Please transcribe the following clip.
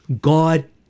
God